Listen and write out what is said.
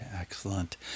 excellent